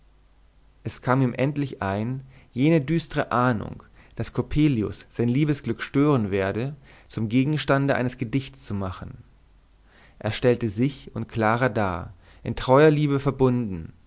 es kam ihm endlich ein jene düstre ahnung daß coppelius sein liebesglück stören werde zum gegenstande eines gedichts zu machen er stellte sich und clara dar in treuer liebe verbunden